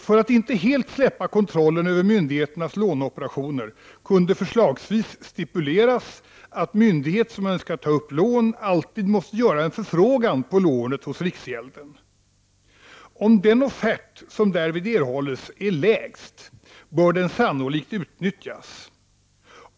För att inte helt släppa kontrollen över myndigheternas låneoperationer kunde förslagsvis stipuleras, att myndighet som önskar ta upp lån alltid måste göra en förfrågan på lånet hos riksgälden. Om den offert som därvid erhålles är lägst, bör den sannolikt utnyttjas.